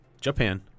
Japan